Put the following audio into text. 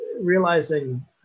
realizing